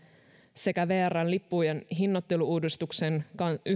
sekä vrn lippujen hinnoittelu uudistuksen